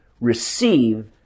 receive